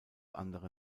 andere